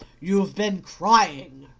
you've been crying!